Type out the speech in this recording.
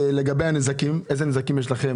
איזה נזקים יש לכם,